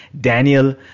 Daniel